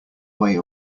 way